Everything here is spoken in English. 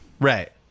Right